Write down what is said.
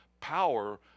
power